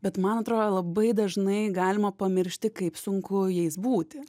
bet man atrodo labai dažnai galima pamiršti kaip sunku jais būti